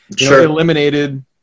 eliminated